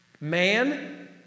man